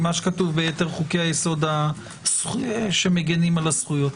מה שכתוב ביתר חוקי-היסוד שמגנים על הזכויות.